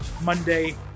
Monday